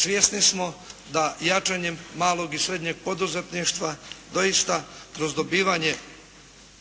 Svjesni smo da jačanjem malog i srednjeg poduzetništva doista kroz dobivanje